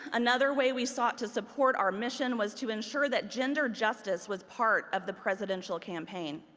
another way we sought to support our mission was to ensure that gender justice was part of the presidential campaign.